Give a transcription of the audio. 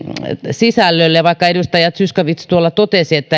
sisällölle vaikka edustaja zyskowicz totesi että